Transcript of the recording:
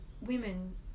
women